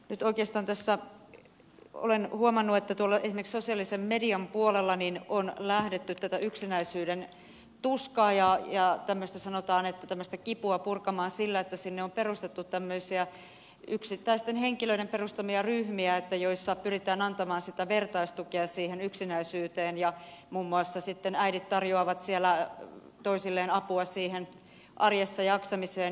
nyt oikeastaan tässä olen huomannut että esimerkiksi sosiaalisen median puolella on lähdetty tätä yksinäisyyden tuskaa ja tämmöistä kipua purkamaan sillä että yksittäiset henkilöt ovat perustaneet sinne tämmöisiä ryhmiä joissa pyritään antamaan sitä vertaistukea siihen yksinäisyyteen muun muassa äidit tarjoavat siellä toisilleen apua arjessa jaksamiseen